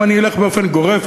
אם אני אלך באופן גורף,